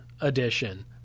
edition